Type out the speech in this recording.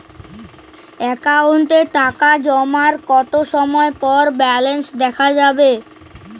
অ্যাকাউন্টে টাকা জমার কতো সময় পর ব্যালেন্স দেখা যাবে?